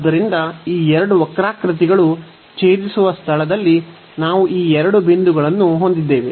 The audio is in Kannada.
ಆದ್ದರಿಂದ ಈ ಎರಡು ವಕ್ರಾಕೃತಿಗಳು ಛೇದಿಸುವ ಸ್ಥಳದಲ್ಲಿ ನಾವು ಈ ಎರಡು ಬಿಂದುಗಳನ್ನು ಹೊಂದಿದ್ದೇವೆ